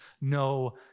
no